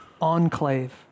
enclave